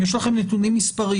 האם יש לכם נתונים מספריים,